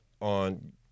on